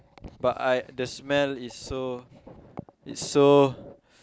but I the smell is so is so